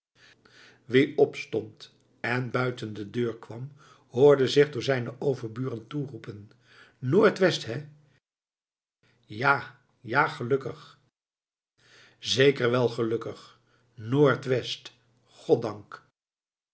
wie opstond en buiten de deur kwam hoorde zich door zijne overburen toeroepen noord-west hé ja ja gelukkig zeker wèl gelukkig noord-west goddank